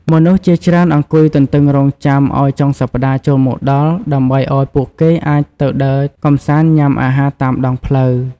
មនុស្សជាច្រើនអង្គុយទន្ទឹងរង់ចាំឲ្យចុងសប្ដាហ៍ចូលមកដល់ ដើម្បីឲ្យពួកគេអាចទៅដើរកំសាន្តញុំាអាហារតាមដងផ្លូវ។